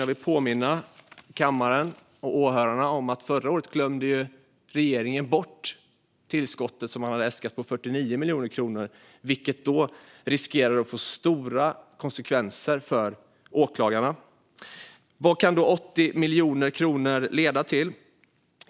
Jag vill påminna kammaren och åhörarna om att förra året glömde regeringen bort tillskottet på 49 miljoner kronor som man hade äskat, vilket då riskerade att få stora konsekvenser för åklagarna. Vad kan då 80 miljoner kronor leda till?